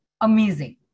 amazing